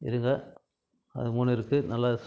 இருக்குது அது மூணும் இருக்குது நல்ல